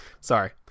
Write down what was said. Sorry